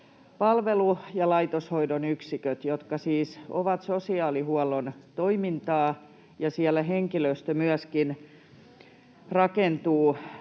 asumispalvelu- ja laitoshoidon yksiköt, jotka siis ovat sosiaalihuollon toimintaa ja joissa myöskin henkilöstö rakentuu